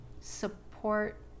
support